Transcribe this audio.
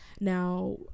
now